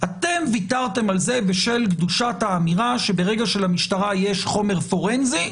אתם ויתרתם על זה בשל קדושת האמירה שברגע שלמשטרה יש חומר פורנזי,